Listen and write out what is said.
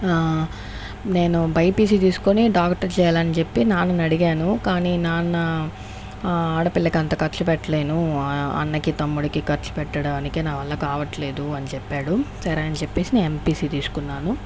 నేను బైపిసి తీసుకొని డాక్టర్ చేయాలని చెప్పి నాన్నని అడిగాను కానీ నాన్న ఆడపిల్లకు అంత ఖర్చు పెట్టలేను అన్నకి తమ్ముడికి ఖర్చు పెట్టడానికి నా వల్ల కావట్లేదు అని చెప్పాడు సరే అని చెప్పేసి నేను ఎంపీసీ తీసుకున్నాను